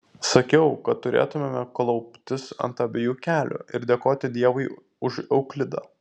sakiau kad turėtumėme klauptis ant abiejų kelių ir dėkoti dievui už euklidą